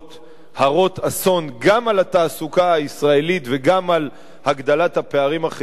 הרות אסון גם על התעסוקה הישראלית וגם על הגדלת הפערים החברתיים,